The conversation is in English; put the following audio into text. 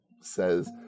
says